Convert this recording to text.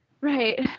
Right